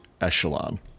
echelon